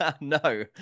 no